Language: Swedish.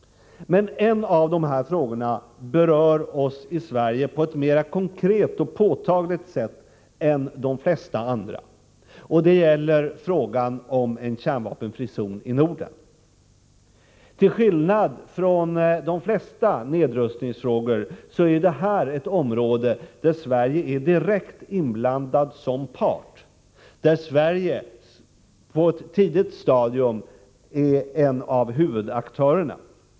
En av dessa frågor berör oss i Sverige på ett mera konkret och påtagligt sätt än de flesta andra, nämligen frågan om en kärnvapenfri zon i Norden. Till skillnad från de flesta | nedrustningsfrågor gäller det här ett område där Sverige är direkt inblandat som part, där Sverige på ett tidigt stadium är en av huvudaktörerna.